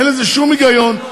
אין לזה שום היגיון,